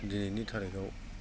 दिनैनि थारिखआव